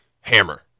hammer